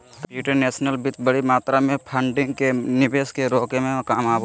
computational वित्त बडी मात्रा में फंडिंग के निवेश के रोके में काम आबो हइ